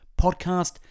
podcast